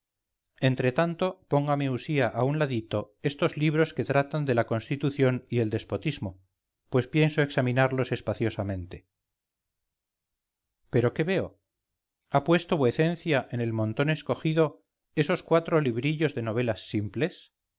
sonado entretanto póngame usía a un ladito estos libros que tratan de la constitución y el despotismo pues pienso examinarlos espaciosamente pero qué veo ha puesto vuecencia en el montón escogido esos cuatro librillos de novelas simples